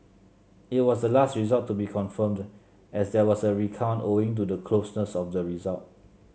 it was the last result to be confirmed as there was a recount owing to the closeness of the result